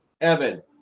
Evan